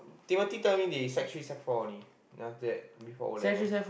Timothy tell me they sec three sec four only then after that before O-level